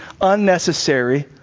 unnecessary